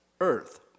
earth